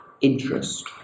interest